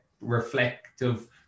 reflective